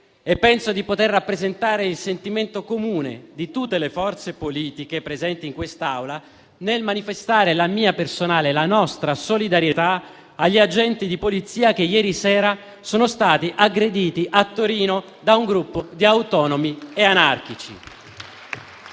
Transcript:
penso di poter rappresentare il sentimento comune di tutte le forze politiche presenti in quest'Aula nel manifestare la mia personale e la nostra solidarietà agli agenti di polizia che ieri sera sono stati aggrediti a Torino da un gruppo di autonomi e anarchici.